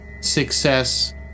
success